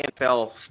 NFL